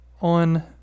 on